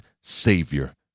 savior